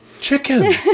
Chicken